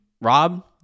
Rob